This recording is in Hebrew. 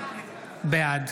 בעד